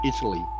Italy